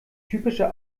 typische